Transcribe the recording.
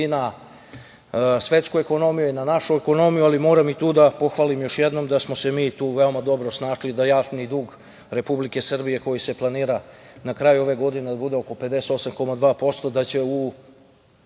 i na svetsku ekonomiju i na našu ekonomiju, ali moram i tu da pohvalim još jednom da smo se mi tu veoma dobro snašli, da je javni dug Republike Srbije koji se planirana na kraju ove godine oko 58,2%, da će u